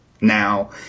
now